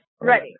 Right